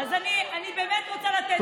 אני באמת רוצה לתת צ'אנס.